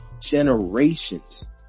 generations